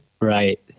Right